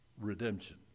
redemption